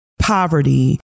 poverty